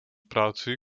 práci